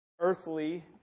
earthly